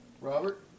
Robert